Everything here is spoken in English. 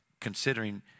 considering